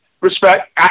respect